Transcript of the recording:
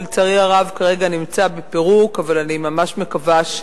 שלצערי הרב נמצא כרגע בפירוק אבל אני ממש מקווה,